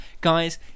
Guys